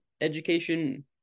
education